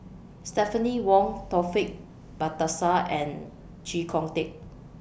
Stephanie Wong Taufik Batisah and Chee Kong Tet